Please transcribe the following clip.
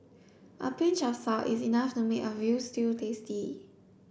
a pinch of salt is enough to make a veal stew tasty